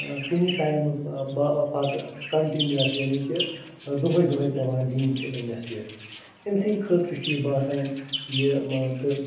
کُنہِ ٹایمہٕ پتہٕ کَنٹِنِوَس یعنی کہِ دۄہَے دۄہَے پٮ۪وان دِنۍ چھِ أمِس یہِ أمۍ سٕنٛدۍ خٲطرٕ چھِ یہِ باسان یہِ مان تہٕ